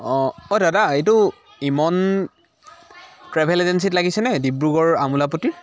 দাদা এইটো ইমন ট্ৰেভেল এজেন্সীত লাগিছেনে ডিব্ৰুগড়ৰ আমোলাপট্টিৰ